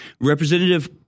Representative